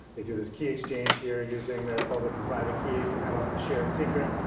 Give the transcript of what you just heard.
they do this key exchange here using their public and private keys to come up with a shared secret.